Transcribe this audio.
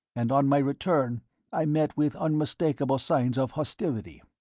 and on my return i met with unmistakable signs of hostility.